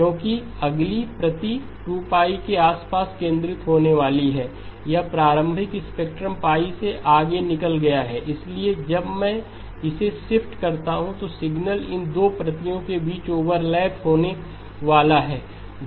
क्योंकि अगली प्रति 2 के आसपास केंद्रित होने वाली है यह प्रारंभिक स्पेक्ट्रम π से आगे निकल गया है इसलिए जब मैं इसे शिफ्ट करता हूं तो सिग्नल की इन दो प्रतियों के बीच ओवरलैप होने वाला है